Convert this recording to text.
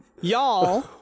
Y'all